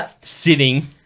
sitting